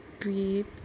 create